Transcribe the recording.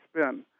spin